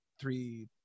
three